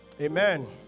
Amen